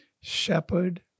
shepherd